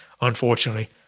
Unfortunately